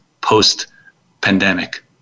post-pandemic